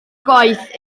gwaith